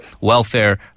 welfare